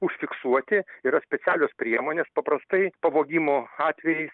užfiksuoti yra specialios priemonės paprastai pavogimo atvejais